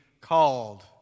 called